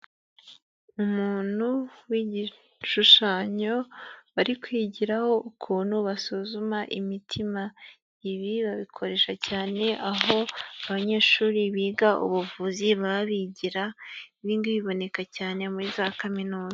Umuntu w'igishushanyo, bari kwigiraho ukuntu basuzuma imitima, ibi babikoresha cyane aho abanyeshuri biga ubuvuzi baba bigira, ibi ngibi biboneka cyane muri za kaminuza.